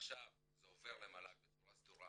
ועכשיו זה עובר למל"ג בצורה סדורה,